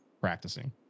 practicing